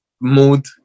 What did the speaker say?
mood